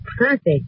Perfect